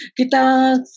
Kita